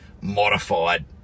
modified